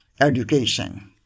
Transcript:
education